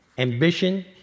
Ambition